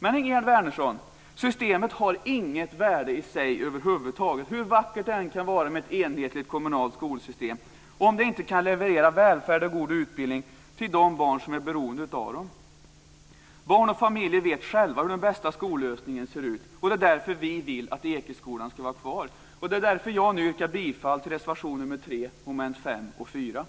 Men, Ingegerd Wärnersson, systemet har inget värde i sig hur vackert det än kan låta med ett enhetligt kommunalt skolsystem, om det inte kan leverera välfärd och god utbildning till de barn som är beroende av systemet. Barn och familjer vet själva hur den bästa skollösningen ser ut. Det är därför som vi vill att Ekeskolan ska vara kvar. Och det är därför som jag nu yrkar bifall till reservation nr 3 under mom. 4 och mom. 5.